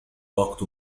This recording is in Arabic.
وقت